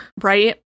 Right